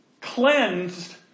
cleansed